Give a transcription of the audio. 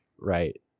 Right